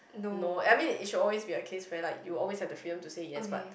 no I mean it should always be a case where like you always have the freedom to say yes but